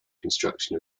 construction